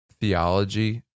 theology